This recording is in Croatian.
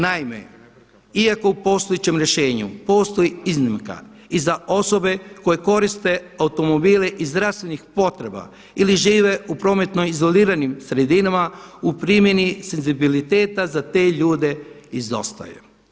Naime, iako u postojećem rešenju postoji iznimka i za osobe koje koriste automobile iz zdravstvenih potreba ili žive u prometno izoliranim sredinama u primjeni senzibiliteta za te ljude izostaje.